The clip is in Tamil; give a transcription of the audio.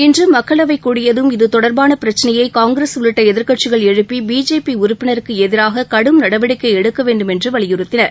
இன்றுமக்களவைகூடியதும் இது தொடர்பானபிரச்சினையைகாங்கிரஸ் உள்ளிட்டஎதிர்க்கட்சிகள் எழுப்பி பிஜேபிஉறுப்பினருக்குஎதிராககடும் நடவடிக்கைஎடுக்கவேண்டுமென்றுவலியுறுத்தினர்